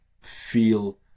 feel